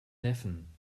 neffen